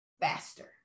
faster